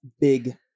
Big